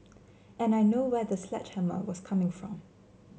and I know where the sledgehammer was coming from